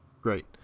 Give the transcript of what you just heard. Great